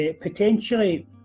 potentially